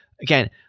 Again